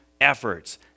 efforts